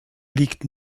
liegt